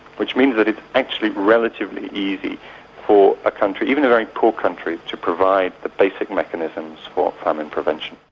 which means that it's actually relatively easy for a country, even a very poor country, to provide the basic mechanisms for famine prevention.